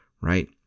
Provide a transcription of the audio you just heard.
right